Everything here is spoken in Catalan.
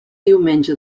diumenge